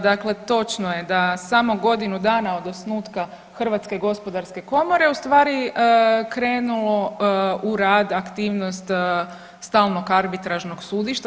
Dakle, točno je da samo godinu dana od osnutka Hrvatske gospodarske komore ustvari krenulo u rad aktivnost Stalnog arbitražnog sudišta.